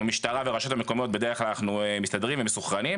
עם המשטרה והרשויות המקומיות בדרך כלל אנחנו מסתדרים ומסונכרנים,